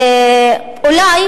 אולי,